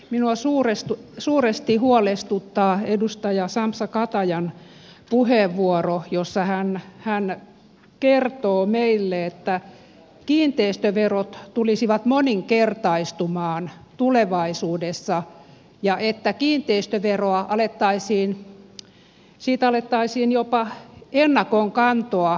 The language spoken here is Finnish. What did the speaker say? minua suuresti huolestuttaa edustaja sampsa katajan puheenvuoro jossa hän kertoo meille että kiinteistöverot tulisivat moninkertaistumaan tulevaisuudessa ja että kiinteistöverosta alettaisiin jopa ennakonkantoa määräämään